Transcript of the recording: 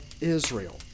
Israel